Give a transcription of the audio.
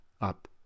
up